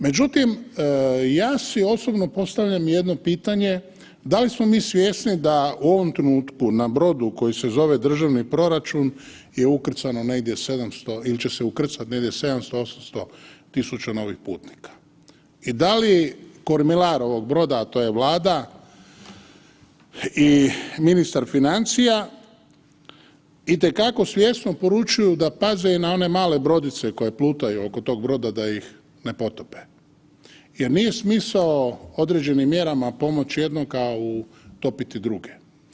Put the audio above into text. Međutim, ja si osobno postavljam jedno pitanje da li smo mi svjesni da u ovom trenutku na brodu koji se zove državni proračun je ukrcano negdje 700 ili će se ukrcat negdje 700., 800.000 novih putnika i da li kormilar ovog broda, a to je Vlada i ministar financija itekako svjesno poručuju da paze i na one male brodice koje plutaju oko tog broda da ih ne potope jer nije smisao određenim mjerama pomoć jednoga, a utopiti druge.